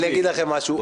אני אגיד לכם משהו.